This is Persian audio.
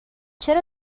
چرا